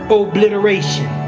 obliteration